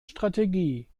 strategie